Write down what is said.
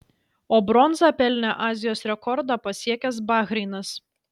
o bronzą pelnė azijos rekordą pasiekęs bahreinas